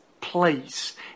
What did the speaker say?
place